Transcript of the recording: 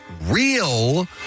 real